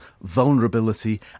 vulnerability